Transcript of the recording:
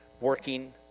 working